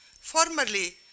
Formerly